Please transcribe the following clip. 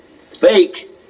Fake